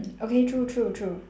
okay true true true